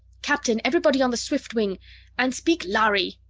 captain, everybody on the swiftwing and speak lhari!